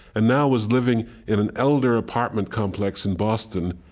and now was living in an elder apartment complex in boston,